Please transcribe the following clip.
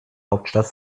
hauptstadt